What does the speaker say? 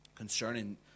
Concerning